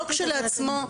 לא שכשלעצמו,